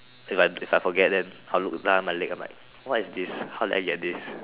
feel like if I forget them how look I am what is this how did I get this